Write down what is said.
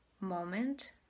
Moment